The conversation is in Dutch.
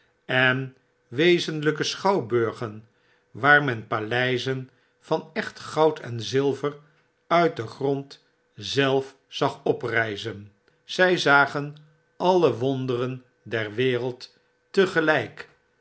en wezenlyke schouwburgen waar men paleizen van echt goud en zilver uit den grond zelfzagopryzen zy zagen alle wonderen der wereld tegelyk